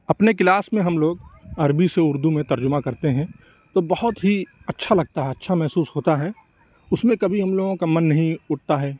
اپنے کلاس میں ہم لوگ عربی سے اُردو میں ترجمہ کرتے ہیں تو بہت ہی اچھا لگتا ہے اچھا محسوس ہوتا ہے اُس میں کبھی ہم لوگوں کا من نہیں اُٹھتا ہے